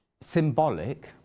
symbolic